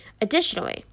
Additionally